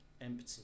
empty